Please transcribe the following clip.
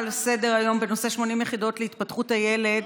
לסדר-היום בנושא: 80 יחידות להתפתחות הילד